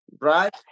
Right